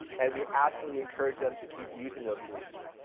and we absolutely encourage them to keep using those solutions.